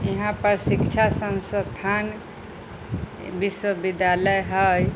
यहाँ पर शिक्षा संस्थान बिश्वबिद्यालय है